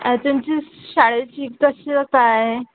आ तुमची शाळेची कशी काय